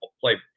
play